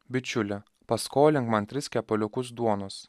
bičiuli paskolink man tris kepaliukus duonos